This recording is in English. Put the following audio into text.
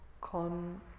Con